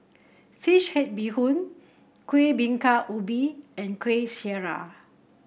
fish head Bee Hoon Kueh Bingka Ubi and Kueh Syara